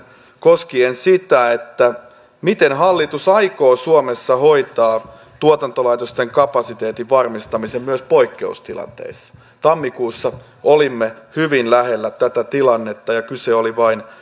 koskien sitä miten hallitus aikoo suomessa hoitaa tuotantolaitosten kapasiteetin varmistamisen myös poikkeustilanteissa tammikuussa olimme hyvin lähellä tätä tilannetta ja kyse oli vain